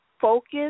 focus